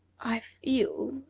i feel,